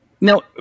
now